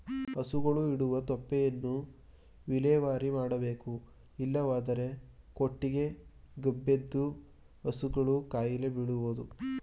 ಹಸುಗಳು ಇಡುವ ತೊಪ್ಪೆಯನ್ನು ವಿಲೇವಾರಿ ಮಾಡಬೇಕು ಇಲ್ಲವಾದರೆ ಕೊಟ್ಟಿಗೆ ಗಬ್ಬೆದ್ದು ಹಸುಗಳು ಕಾಯಿಲೆ ಬೀಳಬೋದು